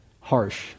harsh